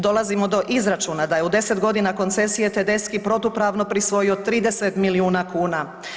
Dolazimo do izračuna da je u 10 g. koncesije Tedeschi protupravno prisvojio 30 milijuna kuna.